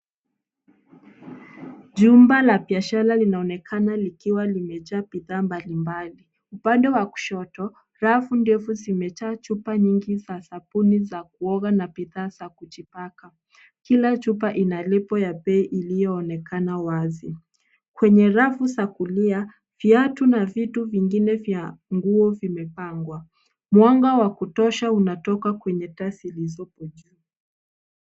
Jumba la biashara linaonekana likiwa limejaa bidhaa mbalimbali. Upande wa kushoto, rafu ndefu zimejaa chupa nyingi za sabuni za kuoga na bidhaa za kujipaka. Kila chupa inalipo ya bei iliyoonekane wazi. Kwenye rafu za kulia, viatu na vitu vingine vya nguo vimepangwa. Mwanga wa kutosha unatoka kwenye taa zilizoko juu.